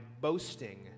boasting